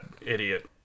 idiot